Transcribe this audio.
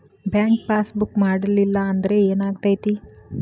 Bank passbook ಮಾಡಲಿಲ್ಲ ಅಂದ್ರೆ ಏನ್ ಆಗ್ತೈತಿ?